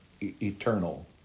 eternal